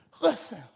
listen